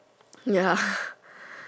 ya